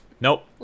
nope